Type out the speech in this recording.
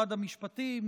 משרד המשפטים,